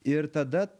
ir tada